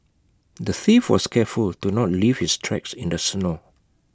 the thief was careful to not leave his tracks in the snow